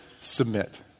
submit